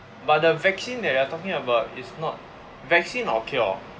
but the vaccine that you're talking about is not vaccine or cure